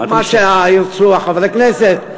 מה שירצו חברי הכנסת.